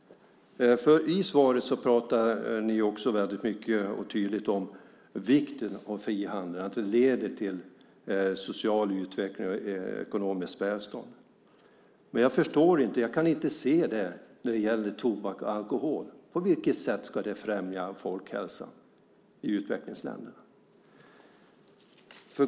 I svaret pratas det väldigt mycket och tydligt om vikten av frihandeln, att den leder till social utveckling och ekonomiskt välstånd. Men jag kan inte se det när det gäller tobak och alkohol. På vilket sätt ska det främja folkhälsan i utvecklingsländerna?